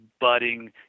budding